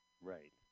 Right